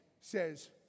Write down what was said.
says